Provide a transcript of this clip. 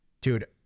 Dude